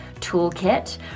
toolkit